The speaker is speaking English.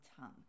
tongue